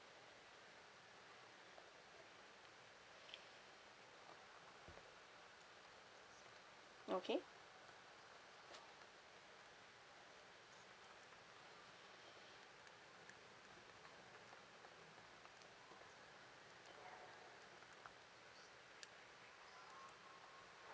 okay